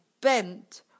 bent